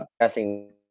guessing